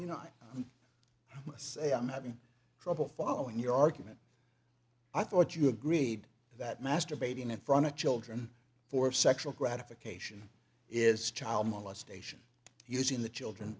you know i must say i'm having trouble following your argument i thought you agreed that masturbating in front of children for sexual gratification is child molestation using the children